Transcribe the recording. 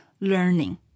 learning